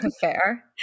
Fair